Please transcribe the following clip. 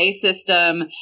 system